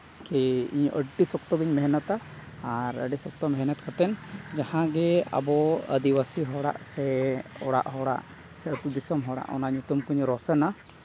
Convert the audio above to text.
ᱠᱤ ᱤᱧ ᱟᱹᱰᱤ ᱥᱚᱠᱛᱚᱧ ᱢᱮᱦᱱᱚᱛᱟ ᱟᱨ ᱟᱹᱰᱤ ᱥᱚᱠᱛᱚ ᱢᱮᱦᱱᱚᱛ ᱠᱟᱛᱮᱫ ᱡᱟᱦᱟᱸᱜᱮ ᱟᱵᱚ ᱟᱹᱫᱤᱵᱟᱹᱥᱤ ᱦᱚᱲᱟᱜ ᱥᱮ ᱚᱲᱟᱜ ᱦᱚᱲᱟᱜ ᱥᱮ ᱟᱹᱛᱩ ᱫᱤᱥᱚᱢ ᱦᱚᱲᱟᱜ ᱚᱱᱟ ᱧᱩᱛᱩᱢ ᱠᱚᱧ ᱨᱚᱥᱚᱱᱟ